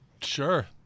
Sure